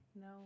no